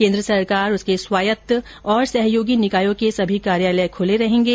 केंद्र सरकार उसके स्वायत्त और सहयोगी निकायों के सभी कार्यालय खुले रहेंगे